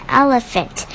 elephant